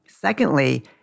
Secondly